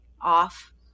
off